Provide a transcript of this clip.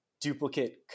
duplicate